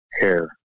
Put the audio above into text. hair